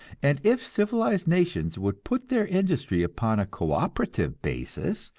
and if civilized nations would put their industry upon a co-operative basis,